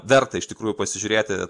verta iš tikrųjų pasižiūrėti